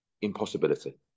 impossibility